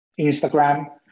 Instagram